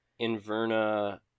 Inverna